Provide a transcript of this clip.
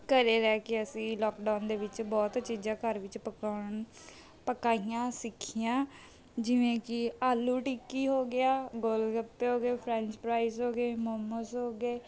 ਘਰ ਰਹਿ ਕੇ ਅਸੀਂ ਲੋਕਡਾਊਨ ਦੇ ਵਿੱਚ ਬਹੁਤ ਚੀਜ਼ਾਂ ਘਰ ਵਿੱਚ ਪਕਾਉਣ ਪਕਾਈਆਂ ਸਿੱਖੀਆਂ ਜਿਵੇਂ ਕਿ ਆਲੂ ਟਿੱਕੀ ਹੋ ਗਿਆ ਗੋਲ ਗੱਪੇ ਹੋ ਗਏ ਫ੍ਰੈਂਚ ਫ੍ਰਾਈਜ਼ ਹੋ ਗਏ ਮੋਮੋਜ਼ ਹੋ ਗਏ